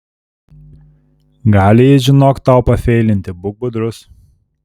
gali jis žinok tau pafeilinti būk budrus